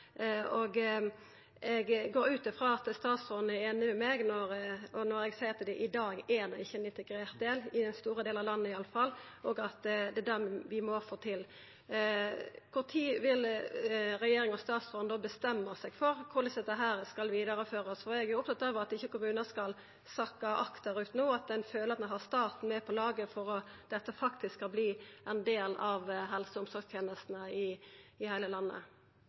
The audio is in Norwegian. del. Eg går ut frå at statsråden er einig med meg når eg seier at i dag er det ikkje ein integrert del i store delar av landet i alle fall, og at det er det vi må få til. Når vil regjeringa og statsråden bestemma seg for korleis dette skal vidareførast? Eg er opptatt av at ikkje kommunar skal sakka akterut no, at ein føler ein har staten med på laget for at dette faktisk skal verta ein del av helse- og omsorgstenestene i heile landet.